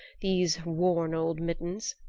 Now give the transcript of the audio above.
these worn old mittens.